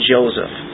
Joseph